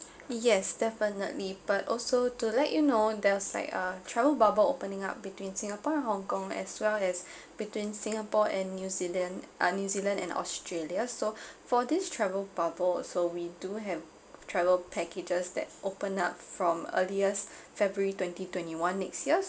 yes definitely but also to let you know there's like a travel bubble opening up between singapore and hong kong as well as between singapore and new zealand uh new zealand and australia so for this travel bubble so we do have travel packages that open up from earliest february twenty twenty one next year